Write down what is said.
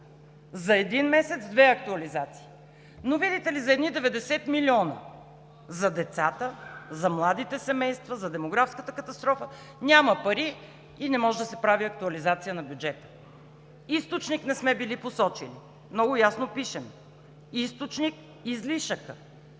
За един месец две актуализации, но, видите ли, за едни 90 милиона за децата, за младите семейства, за демографската катастрофа няма пари и не може да се прави актуализация на бюджета. Източник не сме били посочили. Много ясно пишем: източник – излишъкът.